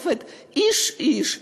היושבת-ראש,